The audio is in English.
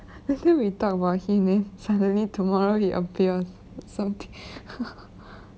later we talk about him then he suddenly tomorrow he appears something